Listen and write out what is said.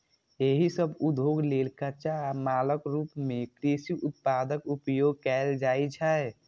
एहि सभ उद्योग लेल कच्चा मालक रूप मे कृषि उत्पादक उपयोग कैल जाइ छै